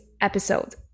episode